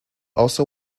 also